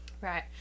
Right